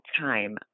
time